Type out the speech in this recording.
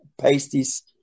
pasties